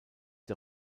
der